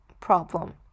problem